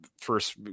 first